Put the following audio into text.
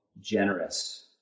generous